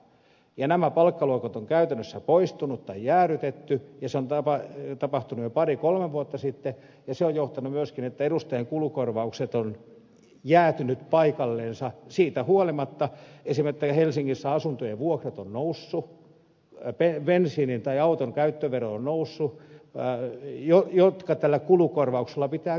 kun nämä palkkaluokat ovat käytännössä poistuneet tai jäädytetty ja se on tapahtunut jo pari kolme vuotta sitten se on johtanut myöskin siihen että edustajan kulukorvaukset ovat jäätyneet paikallensa siitä huolimatta että esimerkiksi helsingissä asuntojen vuokrat ovat nousseet bensiinin hinta ja auton käyttövero ovat noussut jotka tällä kulukorvauksella pitää kaikki kattaa